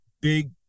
big